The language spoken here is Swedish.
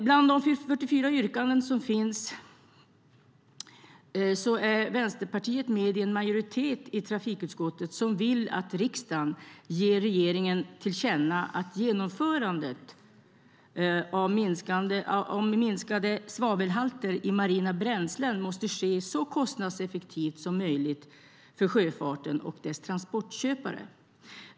Bland de 44 yrkandena finns ett där en majoritet i trafikutskottet inklusive Vänsterpartiet vill att riksdagen ger regeringen till känna att genomförandet av minskade svavelhalter i marina bränslen måste ske så kostnadseffektivt som möjligt för sjöfarten och dess transportköpare.